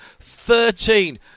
13